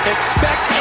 Expect